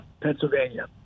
Pennsylvania